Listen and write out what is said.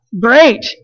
great